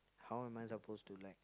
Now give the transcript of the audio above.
how am I supposed to like